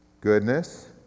goodness